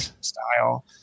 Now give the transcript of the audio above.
style